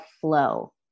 flow